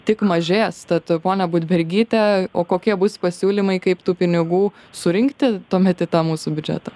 tik mažės tad ponia budbergyte o kokie bus pasiūlymai kaip tų pinigų surinkti tuomet į tą mūsų biudžetą